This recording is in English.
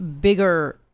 bigger